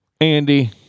Andy